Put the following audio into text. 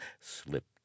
slipped